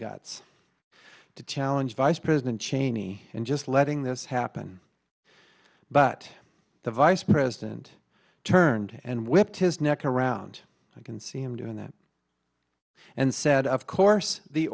guts to challenge vice president cheney and just letting this happen but the vice president turned and whipped his neck around i can see him doing that and said of course the